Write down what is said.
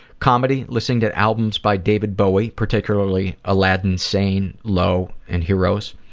comedy, listening to albums by david bowie, particularly aladdin sane, low, and heroes.